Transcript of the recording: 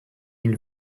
ihn